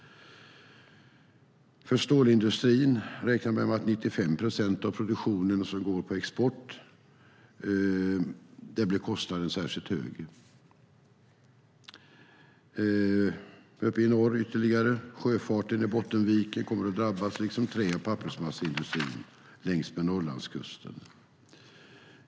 För stålindustrin räknar man med att kostnaden blir särskilt hög för de 95 procent av produktionen som går på export. Uppe i norr blir det ytterligare konsekvenser. Sjöfarten i Bottenviken kommer att drabbas, liksom trä och pappersmasseindustrin längs med Norrlandskusten.